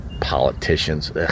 Politicians